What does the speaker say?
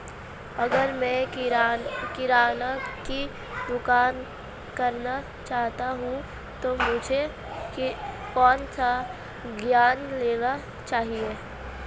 अगर मैं किराना की दुकान करना चाहता हूं तो मुझे कौनसा ऋण लेना चाहिए?